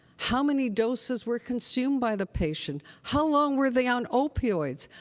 how many doses were consumed by the patient? how long were they on opioids?